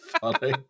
funny